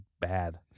bad